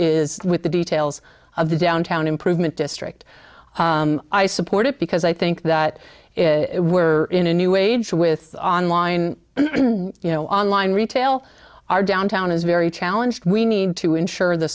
is with the details of the downtown improvement district i support it because i think that if it were in a new age with online you know online retail our downtown is very challenged we need to ensure the